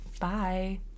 Bye